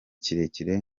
kirekire